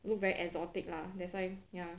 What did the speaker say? look very exotic lah that's why ya